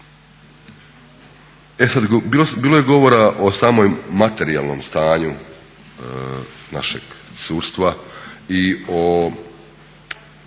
E sad bilo je govora o samom materijalnom stanju našeg sudstva i o,